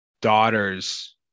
daughter's